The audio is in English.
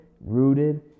rooted